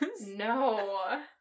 No